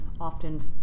often